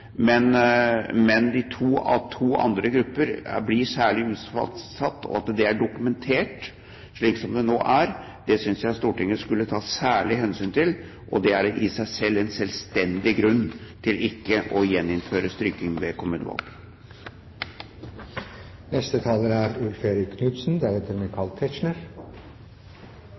Men at de to andre gruppene blir særlig utsatt, og at det er dokumentert, slik som det nå er, synes jeg Stortinget skulle ta særlig hensyn til. Det er i seg selv en selvstendig grunn til ikke å gjeninnføre strykning ved